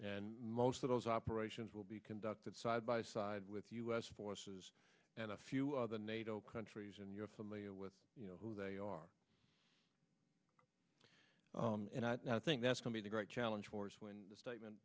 and most of those operations will be conducted side by side with u s forces and a few other nato countries and you're familiar with you know who they are and i think that's coming a great challenge for us when the statement